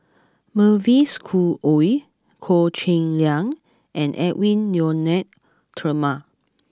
Mavis Khoo Oei Goh Cheng Liang and Edwy Lyonet Talma